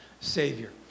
Savior